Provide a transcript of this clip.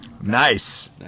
Nice